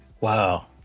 wow